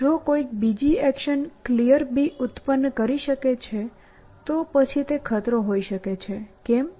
જો કોઈક બીજી એક્શન Clear ઉત્પન્ન કરી શકે છે તો પછી તે ખતરો હોઈ શકે છે કેમ